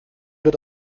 wird